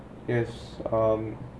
yes um